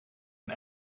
een